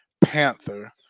panther